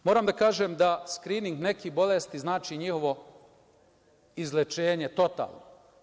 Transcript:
Moram da kažem da skrining nekih bolesti znači njihovo izlečenje totalno.